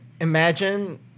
Imagine